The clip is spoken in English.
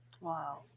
Wow